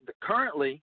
currently